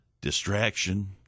distraction